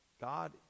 God